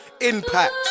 IMPACT